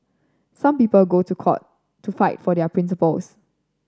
some people go to court to fight for their principles